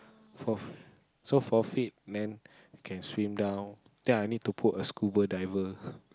four so four feet then can swim down then I need to put a scuba diver